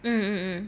mm